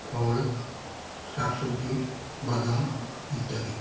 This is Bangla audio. ফল শাক সবজি বাদাম ইত্যাদি